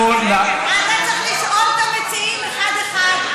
אתה צריך לשאול את המציעים אחד-אחד.